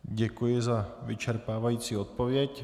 Děkuji za vyčerpávající odpověď.